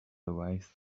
arise